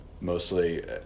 mostly